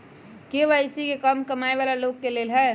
KYC का कम कमाये वाला लोग के लेल है?